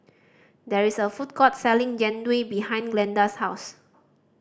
there is a food court selling Jian Dui behind Glenda's house